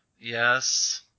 Yes